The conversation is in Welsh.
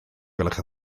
gwelwch